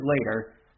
later